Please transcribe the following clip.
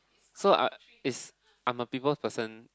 so I is I'm a people person